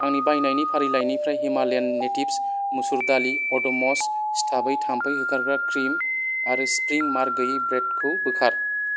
आंनि बायनायनि फारिलाइनिफ्राय हिमालयान नेटिव्स मसुर दालि अड'म'स सिथाबै थामफै होखारग्रा क्रिम आरो स्प्रिं मार गैयै ब्रेडखौ बोखार